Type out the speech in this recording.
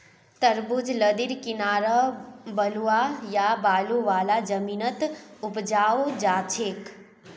तरबूज लद्दीर किनारअ बलुवा या बालू वाला जमीनत उपजाल जाछेक